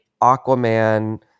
Aquaman